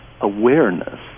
awareness